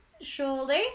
surely